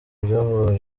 byavugaga